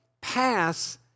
pass